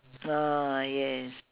oh yes